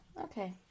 okay